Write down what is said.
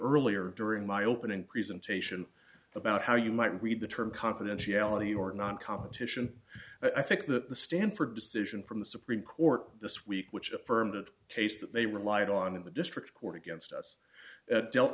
earlier during my opening presentation about how you might read the term confidentiality or not competition i think that the stanford decision from the supreme court this week which a permanent case that they relied on in the district court against us dealt